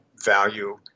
value